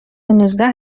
نوزده